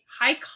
high